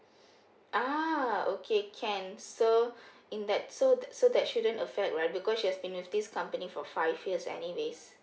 ah okay can so in that so that so that shouldn't affect right because she has been with this company for five years anyways